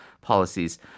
policies